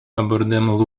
abordăm